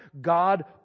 God